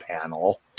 panel